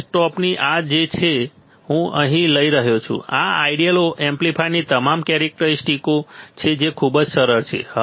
first ટોપની આ છે જે હું અહીં લઈ રહ્યો છું આ આઇડિયલ એમ્પ્લીફાયરની તમામ કેરેક્ટરિસ્ટિક્સઓ છે જે ખૂબ જ સરળ છે